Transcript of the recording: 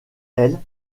elle